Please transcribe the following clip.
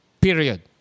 Period